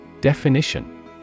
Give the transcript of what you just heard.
Definition